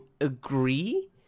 agree